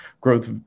growth